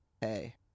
hey